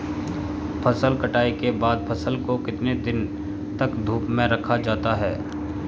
फसल कटाई के बाद फ़सल को कितने दिन तक धूप में रखा जाता है?